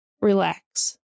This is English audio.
relax